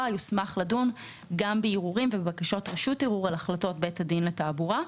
יוסמך לדון גם בערעורים ובבקשות רשות ערעור על החלטות בית הדין לתעבורה.